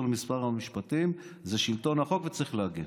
למשרד המשפטים זה שלטון החוק וצריך להגן.